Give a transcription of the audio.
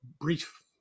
brief